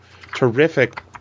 terrific